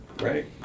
right